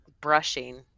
brushing